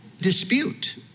dispute